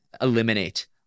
eliminate